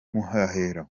mahera